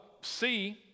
see